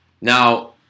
now